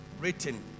written